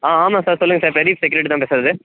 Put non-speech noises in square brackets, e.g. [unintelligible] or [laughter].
ஆ ஆமா சார் சொல்லுங்க sir [unintelligible] security தான் பேசுகிறது